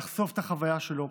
לחשוף את החוויה שלו.